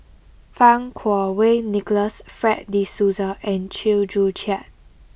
Fang Kuo Wei Nicholas Fred de Souza and Chew Joo Chiat